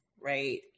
right